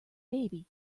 baby